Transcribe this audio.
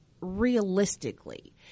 realistically